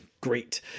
great